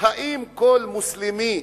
האם כל מוסלמי,